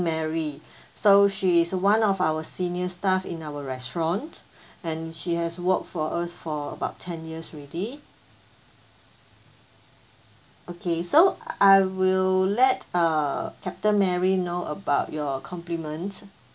mary so she is one of our senior staff in our restaurant and she has worked for us for about ten years already okay so I will let uh captain mary know about your compliments